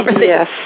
Yes